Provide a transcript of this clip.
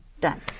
Done